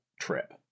trip